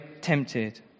tempted